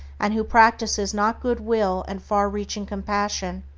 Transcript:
and who practices not good-will and far-reaching compassion,